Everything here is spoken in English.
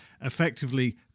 effectively